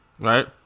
Right